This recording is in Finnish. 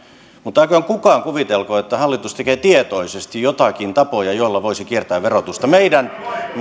mutta älköön kukaan kuvitelko että hallitus tekee tietoisesti joitakin tapoja joilla voisi kiertää verotusta